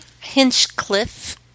Hinchcliffe